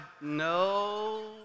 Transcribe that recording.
No